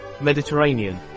mediterranean